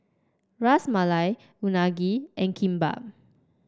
Ras Malai Unagi and Kimbap